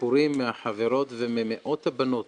לסיפורים מהחברות וממאות הבנות